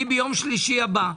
אני ביום שלישי הבא,